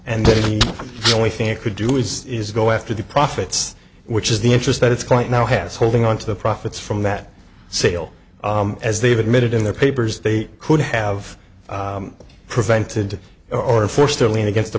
and the only thing it could do is to go after the profits which is the interest that its client now has holding on to the profits from that sale as they've admitted in their papers they could have prevented or forced their lien against the